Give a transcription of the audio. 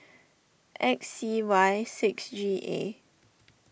X C Y six G A